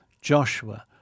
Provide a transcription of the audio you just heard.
Joshua